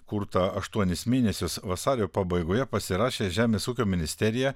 kurtą aštuonis mėnesius vasario pabaigoje pasirašė žemės ūkio ministerija